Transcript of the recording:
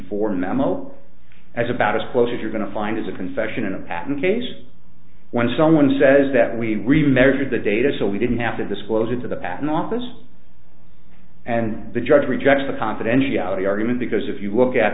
memo as about as close as you're going to find is a confession in a patent case when someone says that we measured the data so we didn't have to disclose it to the patent office and the judge rejects the confidentiality argument because if you look at